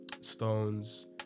Stones